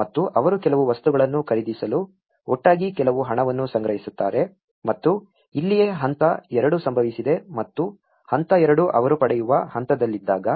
ಮತ್ತು ಅವರು ಕೆಲವು ವಸ್ತುಗಳನ್ನು ಖರೀದಿಸಲು ಒಟ್ಟಾಗಿ ಕೆಲವು ಹಣವನ್ನು ಸಂಗ್ರಹಿಸುತ್ತಾರೆ ಮತ್ತು ಇಲ್ಲಿಯೇ ಹಂತ ಎರಡು ಸಂಭವಿಸಿದೆ ಮತ್ತು ಹಂತ ಎರಡು ಅವರು ಪಡೆಯುವ ಹಂತದಲ್ಲಿದ್ದಾಗ